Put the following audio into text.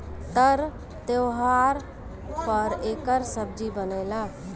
तर त्योव्हार पर एकर सब्जी बनेला